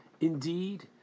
Indeed